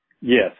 Yes